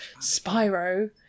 Spyro